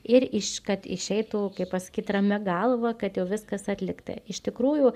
ir iš kad išeitų kaip pasakyt ramia galva kad jau viskas atlikta iš tikrųjų